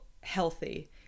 healthy